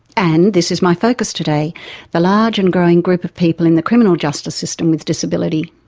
and this is my focus today the large and growing group of people in the criminal justice system with disability.